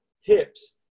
hips